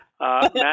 Matt